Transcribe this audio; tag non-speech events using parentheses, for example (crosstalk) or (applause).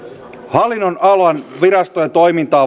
hallinnonalan virastojen toimintaan (unintelligible)